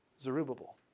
Zerubbabel